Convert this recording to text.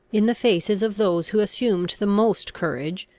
in the faces of those who assumed the most courage,